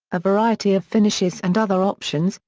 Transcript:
a variety of finishes and other options,